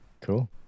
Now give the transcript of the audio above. cool